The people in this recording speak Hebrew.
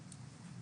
כן.